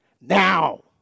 now